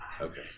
Okay